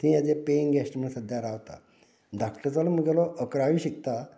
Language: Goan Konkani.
थंय एज अ पेइंग गेस्ट म्हण सद्द्या रावता धाकटो चलो मुगेलो अकरावी शिकता